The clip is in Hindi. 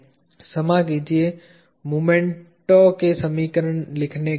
क्षमा कीजिए मोमेंट के समीकरणों को लिखने के लिए